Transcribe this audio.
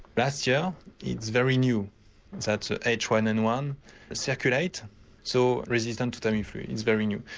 last year it's very new that so h one n one circulate so resistant to tamiflu is very new.